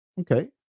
Okay